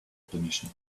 permission